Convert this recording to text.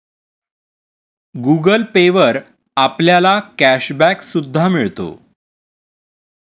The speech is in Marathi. गुगल पे वर आपल्याला कॅश बॅक सुद्धा मिळतो